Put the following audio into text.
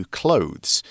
clothes